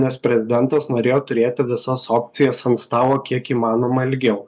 nes prezidentas norėjo turėti visas opcijas ant stalo kiek įmanoma ilgiau